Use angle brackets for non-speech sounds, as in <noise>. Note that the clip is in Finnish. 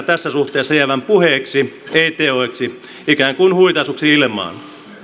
<unintelligible> tässä suhteessa jäävän puheeksi ei teoiksi ikään kuin huitaisuksi ilmaan